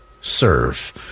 serve